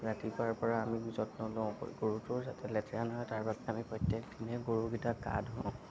ৰাতিপুৱাৰপৰা আমি যত্ন লওঁ গৰুতোৰ যাতে লেতেৰা নহয় তাৰ বাবে আমি প্ৰত্যেক দিনেই গৰুগিটাক গা ধুৱাওঁ